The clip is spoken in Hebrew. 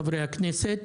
חברי הכנסת